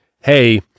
hey